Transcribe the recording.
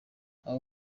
aba